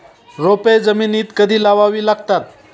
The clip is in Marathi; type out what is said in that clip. रोपे जमिनीत कधी लावावी लागतात?